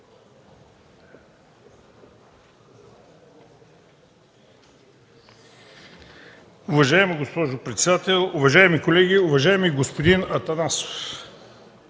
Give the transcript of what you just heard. Уважаема госпожо председател, уважаеми колеги! Уважаеми господин Атанасов,